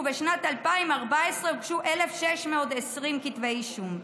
ובשנת 2014 הוגשו 1,620 כתבי אישום.